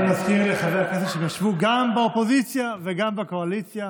אני מזכיר לחבר הכנסת שהן ישבו גם באופוזיציה וגם בקואליציה